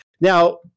Now